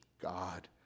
God